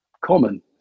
common